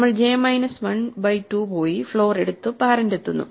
നമ്മൾ j minus 1 by 2 പോയി floor എടുത്തു പാരന്റ് എത്തുന്നു